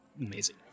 Amazing